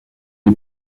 est